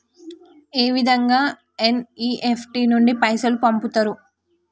ఏ విధంగా ఎన్.ఇ.ఎఫ్.టి నుండి పైసలు పంపుతరు?